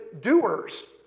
doers